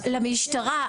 למשטרה.